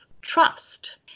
trust